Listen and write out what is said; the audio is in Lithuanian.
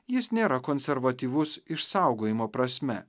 jis nėra konservatyvus išsaugojimo prasme